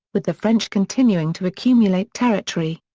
with the french continuing to accumulate territory.